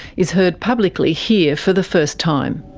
is heard publicly here for the first time.